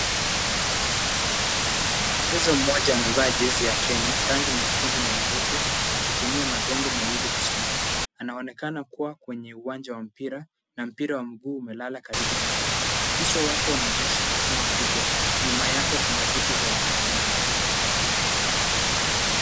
Mchezo mmoja amevaa jezi ya Kenya rangi nyekundu na nyeupe akitumia magongo mawili kusimama. Anaonekana kuwa kwenye uwanja wa mpira na mpira wa mguu umelala karibu naye. Uso wake unaonyesha azma kubwa. Nyuma yake kuna viti vya watazamaji.